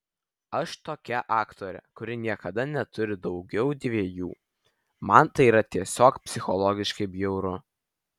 aš tokia aktorė kuri niekada neturi daugiau dviejų man tai yra tiesiog psichologiškai bjauru